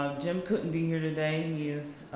um jim couldn't be here today, and he is